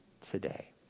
today